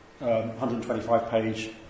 125-page